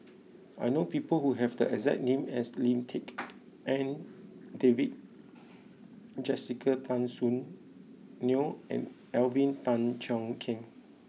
I know people who have the exact name as Lim Tik En David Jessica Tan Soon Neo and Alvin Tan Cheong Kheng